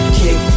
kick